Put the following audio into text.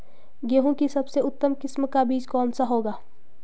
गेहूँ की सबसे उत्तम किस्म का बीज कौन सा होगा?